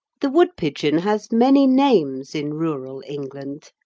the woodpigeon has many names in rural england.